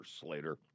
Slater